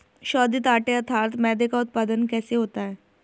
शोधित आटे अर्थात मैदे का उत्पादन कैसे होता है?